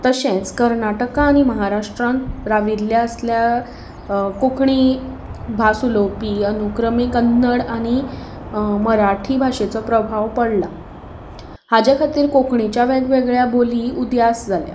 तशेंच कर्नाटका आनी महाराष्ट्रांत राविल्ल्या असल्या कोंकणी भास उलोवपी अनुक्रमी कन्नड आनी मराठी भाशेचो प्रभाव पडला हाजे खातीर कोंकणीच्या वेगवेगळ्या बोली उदयास जाल्या